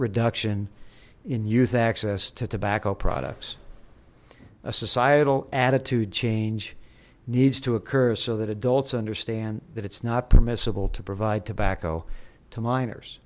reduction in youth access to tobacco products a societal attitude change needs to occur so that adults understand that it's not permissible to provide tobacco to minors